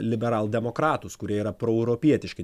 liberaldemokratus kurie yra proeuropietiški